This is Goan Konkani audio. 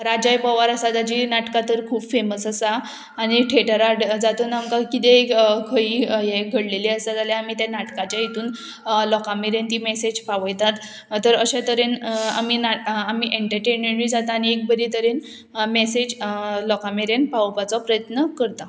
राजाय पोवार आसा ताची नाटकां तर खूब फेमस आसा आनी ठेटरा जातून आमकां किदेंय खंयी हें घडलेली आसा जाल्यार आमी त्या नाटकाच्या हितून लोकां मेरेन ती मॅसेज पावयतात तर अशें तरेन आमी आमी एन्टरटेनमेंटूय जाता आनी एक बरी तरेन मॅसेज लोकां मेरेन पावोवपाचो प्रयत्न करता